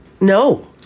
No